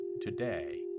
today